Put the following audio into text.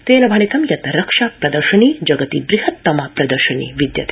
तेन भणितं यत् रक्षा प्रदर्शनी जगति बृहत्तमा प्रदर्शनी विद्यते